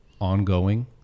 ongoing